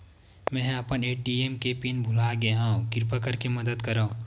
मेंहा अपन ए.टी.एम के पिन भुला गए हव, किरपा करके मदद करव